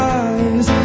eyes